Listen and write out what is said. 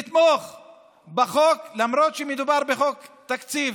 נתמוך בחוק למרות שמדובר בחוק תקציב.